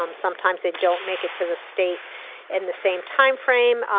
um sometimes they don't make it to the state in the same time frame,